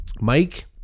Mike